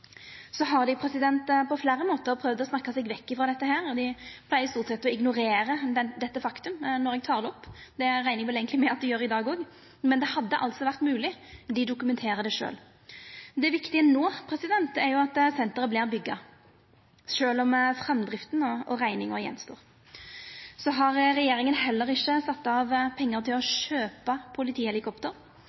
Så har dei på fleire måtar prøvd å snakka seg vekk frå dette. Dei pleier stort sett å ignorera dette faktumet når eg tek det opp, og det reknar eg vel eigentleg med at dei gjer i dag òg, men det hadde altså vore mogleg, og dei dokumenterer det sjølve. Det viktige no er at senteret vert bygd, sjølv om framdrifta og rekninga står att. Regjeringa har heller ikkje sett av pengar til å kjøpa politihelikopter.